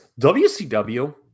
WCW